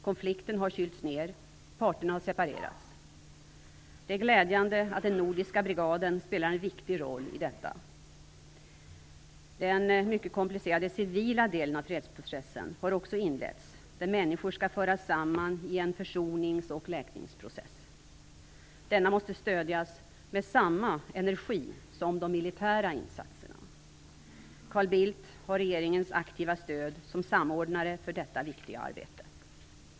Konflikten har kylts ned, parterna har separerats. Det är glädjande att den nordiska brigaden spelar en viktig roll i detta. Den mycket komplicerade civila delen av fredsprocessen har också inletts, där människor skall föras samman i en försonings och läkningsprocess. Denna måste stödjas med samma energi som de militära insatserna. Carl Bildt har regeringens aktiva stöd som samordnare för detta viktiga arbete.